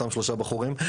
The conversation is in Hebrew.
אותם שלושה בחורים.